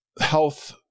health